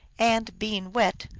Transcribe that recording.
and, being wet,